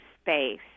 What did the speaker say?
space